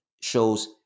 shows